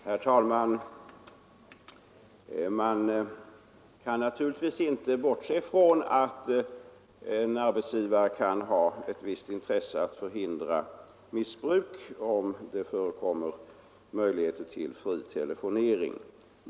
Herr talman! Vi kan naturligtvis inte bortse från att en arbetsgivare kan ha ett visst intresse av att förhindra missbruk om det finns möjligheter till fri telefonering.